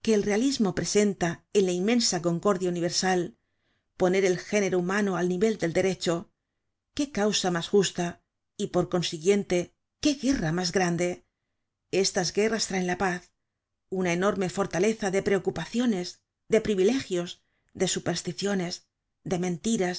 el realismo presenta á la inmensa concordia universal poner al género humano al nivel del derecho qué causa mas justa y por consiguiente qué guerra mas grande estas guerras traen la paz una enorme fortaleza de preocupaciones de privilegios de supersticiones de mentiras